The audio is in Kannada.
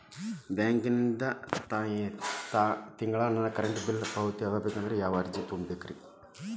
ಬ್ಯಾಂಕಿಂದ ತಾನ ತಿಂಗಳಾ ನನ್ನ ಕರೆಂಟ್ ಬಿಲ್ ಪಾವತಿ ಆಗ್ಬೇಕಂದ್ರ ಯಾವ ಅರ್ಜಿ ತುಂಬೇಕ್ರಿ?